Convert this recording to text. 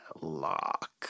lock